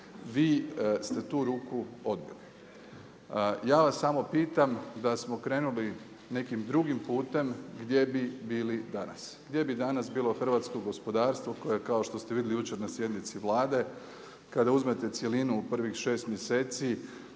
vi ste tu ruku odbili. Ja vas samo pitam, da smo krenuli nekim drugim putem gdje bi bili danas? Gdje bi danas bilo hrvatsko gospodarstvo koje kao što ste vidjeli jučer na sjednici Vlade kada uzmete cjelinu u prvih šest mjeseci